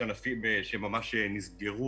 יש ענפים שממש נסגרו.